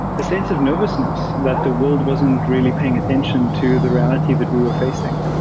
the sense of nervousness that the world wasn't really paying attention to the reality that we were facing.